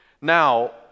Now